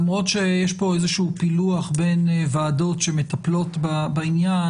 למרות שיש פה איזה שהוא פילוח בין ועדות שמטפלות בעניין,